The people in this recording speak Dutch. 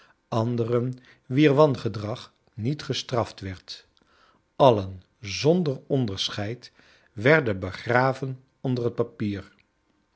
anderen wier wangedrag niet gestraft werd alien zonder onderscheid werden begraven onder het papier